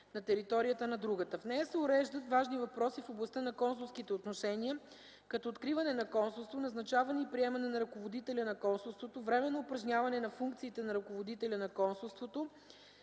на територията на другата. В нея се уреждат важни въпроси в областта на консулските отношения, като откриване на консулство, назначаване и приемане на ръководителя на консулството, временно упражняване на функциите на ръководителя на консулството,